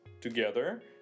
together